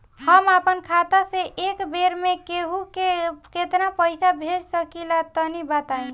हम आपन खाता से एक बेर मे केंहू के केतना पईसा भेज सकिला तनि बताईं?